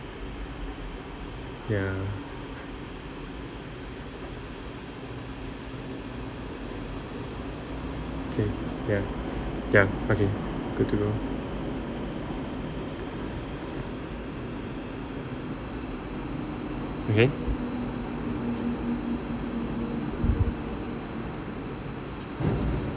ya K ya ya okay good to go okay